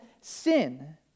sin